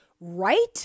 right